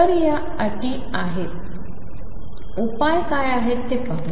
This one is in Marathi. तर या आहेत अटी उपाय काय आहे ते पाहू